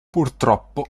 purtroppo